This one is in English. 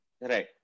Right